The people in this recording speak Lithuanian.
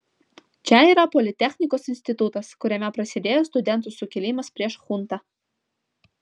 čia yra politechnikos institutas kuriame prasidėjo studentų sukilimas prieš chuntą